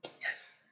Yes